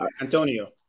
Antonio